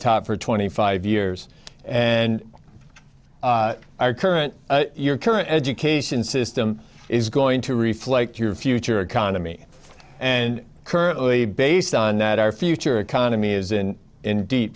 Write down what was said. taught for twenty five years and our current your current education system is going to reflect your future economy and currently based on that our future economy is in in deep